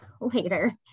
later